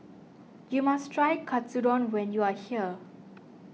you must try Katsudon when you are here